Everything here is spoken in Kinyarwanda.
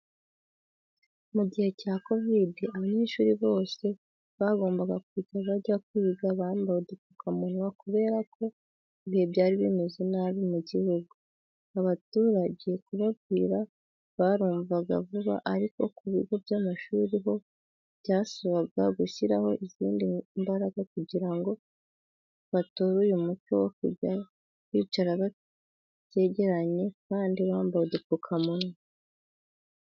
Mu gihe cya kovide abanyeshuri bose bagombaga kujya bajya kwiga bambaye udupfukamunwa kubera ko ibihe byari bimeze nabi mu gihugu. Abaturage kubabwira barumvaga vuba ariko ku bigo by'amashuri ho byasabaga gushyiramo izindi mbaraga kugira ngo batore uyu muco wo kujya bicara bategeranye kandi bambaye udupfukamunwa.